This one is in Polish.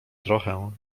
trochę